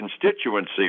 constituency